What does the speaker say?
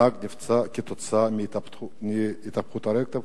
נהג נפצע כתוצאה מהתהפכות רכב,